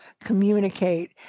communicate